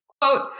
quote